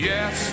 Yes